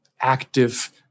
active